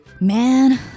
Man